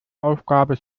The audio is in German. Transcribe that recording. aufgabe